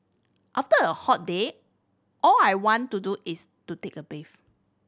after a hot day all I want to do is to take a bath